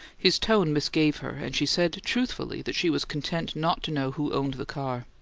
his tone misgave her and she said truthfully that she was content not to know who owned the car.